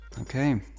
Okay